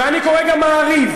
אני קורא גם "מעריב",